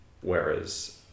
Whereas